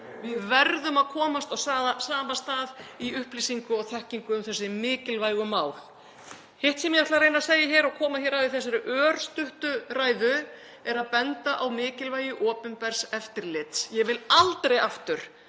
Við verðum að komast á sama stað í upplýsingu og þekkingu um þessi mikilvægu mál. Hitt sem ég ætla að reyna að koma að í þessari örstuttu ræðu er að benda á mikilvægi opinbers eftirlits. Ég vil aldrei aftur